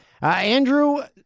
Andrew